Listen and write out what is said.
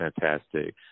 fantastic